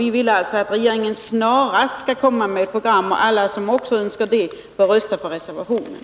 Vi vill alltså att regeringen snarast skall lägga fram ett program, och alla som också önskar det bör rösta på reservationen.